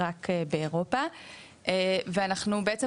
רק באירופה ואנחנו בעצם,